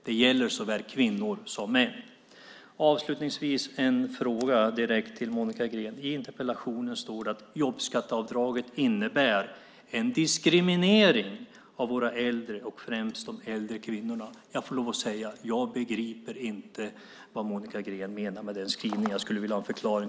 Det gäller såväl kvinnor som män. Avslutningsvis en fråga direkt till Monica Green. I interpellationen står det att jobbskatteavdraget innebär en diskriminering av våra äldre, och främst de äldre kvinnorna. Jag får lov att säga att jag inte begriper vad Monica Green menar. Jag skulle vilja ha en förklaring.